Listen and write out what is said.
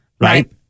right